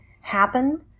happen